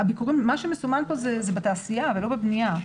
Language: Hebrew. המ שמסומן פה זה בתעשייה ולא בבנייה.